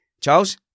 Charles